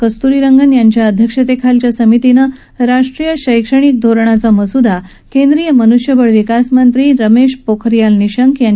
कस्तूरीरंगन यांच्या अध्यक्षतेखालील समितीनं राष्ट्रीय शैक्षणिक धोरणाचा मस्दा केंद्रीय मन्ष्यबळ विकासमंत्री रमेश पोखरियाल निशंक यांच्याकडे सोपवला